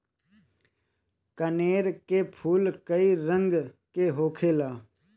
कनेर के फूल कई रंग के होखेला